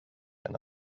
and